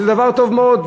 שזה דבר טוב מאוד,